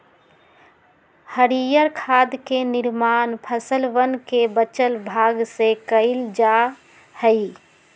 हरीयर खाद के निर्माण फसलवन के बचल भाग से कइल जा हई